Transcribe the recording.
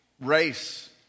race